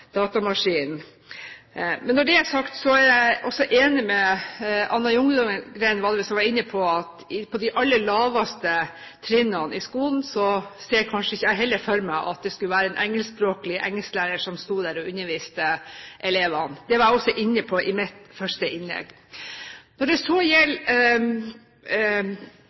Når det er sagt, er jeg også enig med Anna Ljunggren – var det vel – som var inne på de aller laveste trinnene i skolen. Jeg ser kanskje heller ikke for meg en engelskspråklig engelsklærer som står og underviser elevene. Det var jeg også inne på i mitt første innlegg. Når det så gjelder